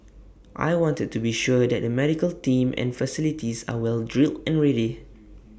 I wanted to be sure that the medical team and facilities are well drilled and ready